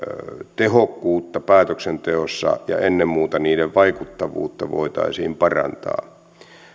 tehokkuutta päätöksenteossa ja ennen muuta niiden vaikuttavuutta voitaisiin parantaa